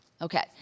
Okay